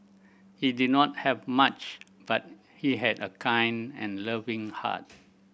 he did not have much but he had a kind and loving heart